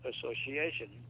association